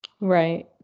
Right